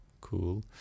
cool